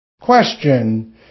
Question